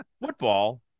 football